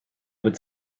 would